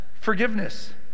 forgiveness